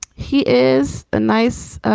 he is a nice